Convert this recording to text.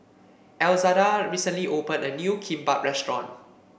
Elzada recently opened a new Kimbap Restaurant